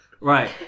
right